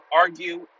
argue